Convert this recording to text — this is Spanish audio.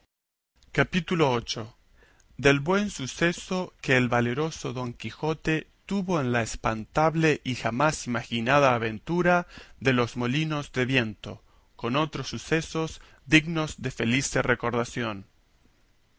capítulo viii del buen suceso que el valeroso don quijote tuvo en la espantable y jamás imaginada aventura de los molinos de viento con otros sucesos dignos de felice recordación